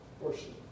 portion